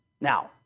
Now